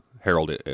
Harold